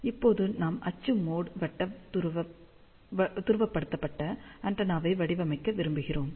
இப்போது நாம் அச்சு மோட் வட்ட துருவப்படுத்தப்பட்ட ஆண்டெனாவை வடிவமைக்க விரும்புகிறோம்